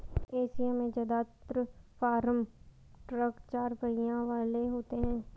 Asia में जदात्र farm truck चार पहियों वाले होते हैं